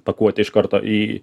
pakuotė iš karto į